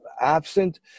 absent